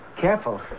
Careful